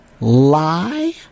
lie